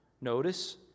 Notice